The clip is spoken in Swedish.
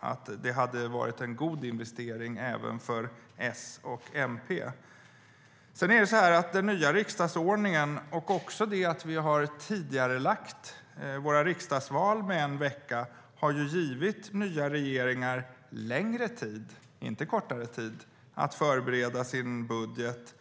att det hade varit en god investering även för S och MP.Den nya riksdagsordningen och det faktum att vi har tidigarelagt våra riksdagsval med en vecka har givit nya regeringar längre tid, inte kortare tid, för att förbereda sin budget.